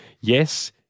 yes